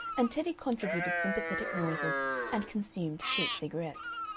and teddy contributed sympathetic noises and consumed cheap cigarettes.